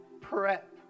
prep